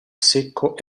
secco